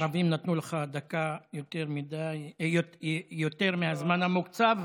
הערבים נתנו לך דקה יותר מהזמן המוקצב.